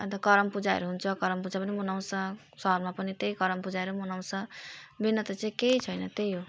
अन्त करम पूजाहरू हुन्छ करम पूजाहरू पनि मनाउँछ सहरमा पनि त्यही करम पूजाहरू मनाउँछ भिन्नता चाहिँ केही छैन त्यही हो